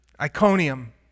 Iconium